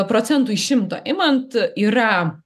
procentų iš šimto imant yra